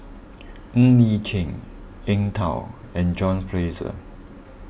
Ng Li Chin Eng Tow and John Fraser